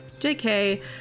JK